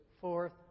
fourth